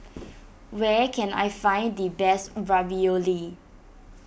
where can I find the best Ravioli